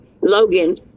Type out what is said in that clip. Logan